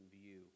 view